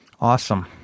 Awesome